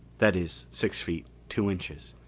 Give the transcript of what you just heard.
that is, six feet, two inches.